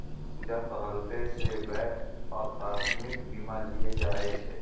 पूजा कहलकै जे वैं अकास्मिक बीमा लिये चाहै छै